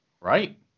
Right